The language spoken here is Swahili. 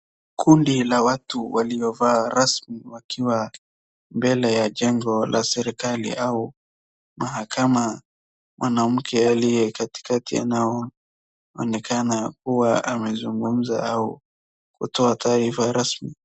Kundi la watu waliovaa rasmi wakiwa mbele ya jengo la serikali au mahakama, mwanamke aliyekatikati anaonekana kuwa amezungumza au kutoa taarifa rasmi.